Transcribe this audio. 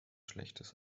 schlechtes